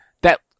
that-